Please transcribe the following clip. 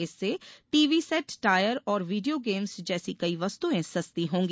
इससे TV set tyre और video games जैसी कई वस्तुएं सस्ती होंगी